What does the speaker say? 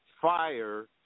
fire